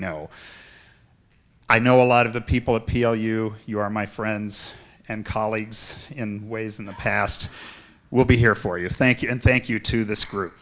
no i know a lot of the people at p l u you are my friends and colleagues in ways in the past will be here for you thank you and thank you to this group